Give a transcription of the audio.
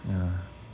yeah